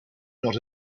not